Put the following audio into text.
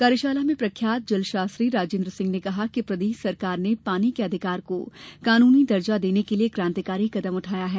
कार्यशाला में प्रख्यात जल शास्त्री राजेन्द्र सिंह ने कहा कि प्रदेश सरकार ने पानी के अधिकार को कानूनी दर्जा देने के लिये क्रांतिकारी कदम उठाया है